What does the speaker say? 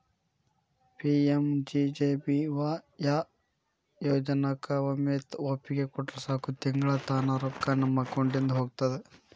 PMJJBY ಯೋಜನಾಕ ಒಮ್ಮೆ ಒಪ್ಪಿಗೆ ಕೊಟ್ರ ಸಾಕು ತಿಂಗಳಾ ತಾನ ರೊಕ್ಕಾ ನಮ್ಮ ಅಕೌಂಟಿದ ಹೋಗ್ತದ